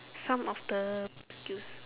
some of the skills mm